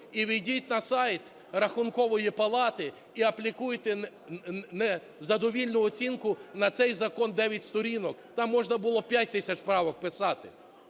І ввійдіть на сайт Рахункової палати і аплікуйте незадовільну оцінку на цей закон - 9 сторінок. Там можна було п'ять тисяч правок писати.